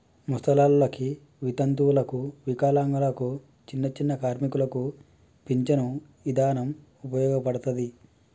ముసలోల్లకి, వితంతువులకు, వికలాంగులకు, చిన్నచిన్న కార్మికులకు పించను ఇదానం ఉపయోగపడతది